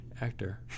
actor